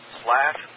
slash